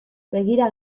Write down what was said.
begira